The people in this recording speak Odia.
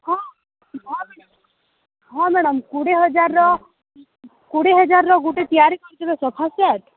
ହଁ ହଁ ମ୍ୟାଡ଼ାମ୍ ହଁ ମ୍ୟାଡ଼ାମ୍ କୋଡ଼ିଏ ହଜାରର କୋଡ଼ିଏ ହଜାରର ଗୋଟେ ତିଆରି କରିଥିବେ ସୋଫା ସେଟ୍ଟେ